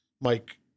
Mike